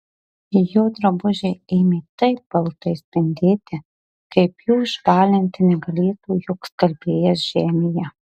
jo drabužiai ėmė taip baltai spindėti kaip jų išbalinti negalėtų joks skalbėjas žemėje